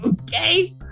Okay